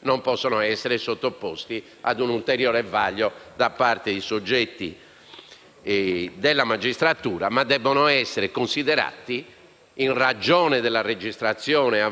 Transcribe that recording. non possono essere sottoposti ad un ulteriore vaglio da parte di soggetti della magistratura, ma debbono essere considerati, in ragione dell'avvenuta registrazione,